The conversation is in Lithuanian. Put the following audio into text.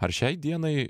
ar šiai dienai